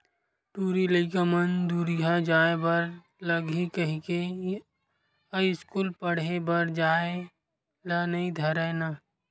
टूरी लइका मन दूरिहा जाय बर लगही कहिके अस्कूल पड़हे बर जाय ल नई धरय ना